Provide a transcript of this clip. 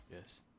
Yes